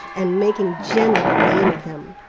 and making general game of him.